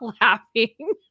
laughing